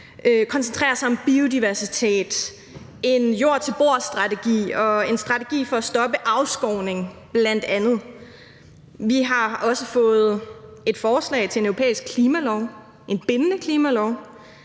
koncentrerer sig om biodiversitet, en jord til bord-strategi og en strategi for at stoppe afskovning. Vi har også fået et forslag til en europæisk klimalov, en bindende klimalov,